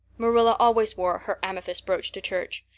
marilla always wore her amethyst brooch to church.